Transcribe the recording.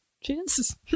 chances